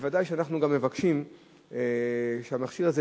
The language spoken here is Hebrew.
בוודאי שאנחנו גם מבקשים שהמכשיר הזה,